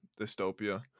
dystopia